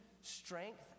strength